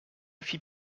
fit